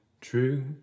true